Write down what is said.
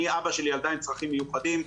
אבא שלי אדם עם צרכים מיוחדים.